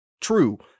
true